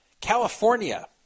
California